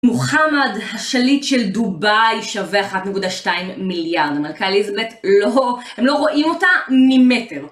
מוחמד, השליט של דובאי, שווה 1.2 מיליארד. אמריקאי ליזבט לא... הם לא רואים אותה ממטר.